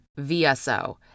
vso